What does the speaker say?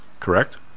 Correct